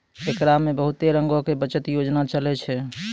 एकरा मे बहुते रंगो के बचत योजना चलै छै